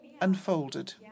unfolded